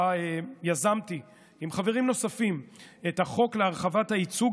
שבה יזמתי עם חברים נוספים את החוק להרחבת הייצוג